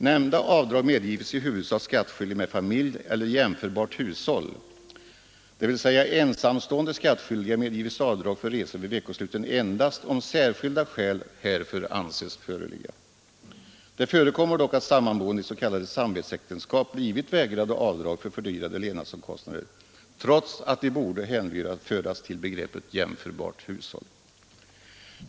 Nämnda avdrag medgives i huvudsak skattskyldig med familj eller jämförbart hushåll, dvs. ensamstående skattskyldiga medgives avdrag för resor vid veckosluten endast om särskilda skäl härför anses föreligga. Det förekommer dock att sammanboende is.k. samvetsäktenskap blivit vägrade avdrag för fördyrade levnadsomkostnader trots att de borde hänföras till begreppet ”jämförbart hushåll”.